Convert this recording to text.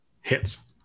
Hits